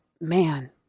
man